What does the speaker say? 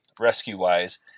rescue-wise